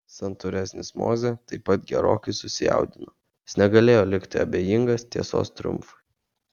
santūresnis mozė taip pat gerokai susijaudino jis negalėjo likti abejingas tiesos triumfui